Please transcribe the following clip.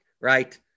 right